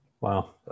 wow